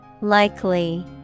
Likely